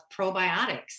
probiotics